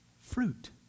fruit